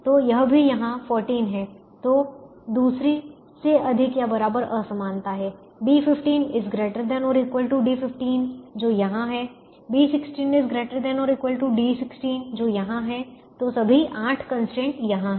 तो यह भी यहां 14 है तो दूसरी से अधिक या बराबर असमानता है B15 ≥ D15 जो यहां है B16 ≥ D16 जो यहां है तो सभी 8 कंस्ट्रेंट यहां हैं